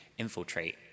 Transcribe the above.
Infiltrate